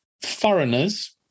foreigners